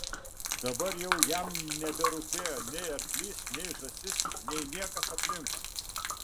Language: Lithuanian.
dabar jau jam neberūpėjo nei arklys nei žąsis nei niekas aplinkui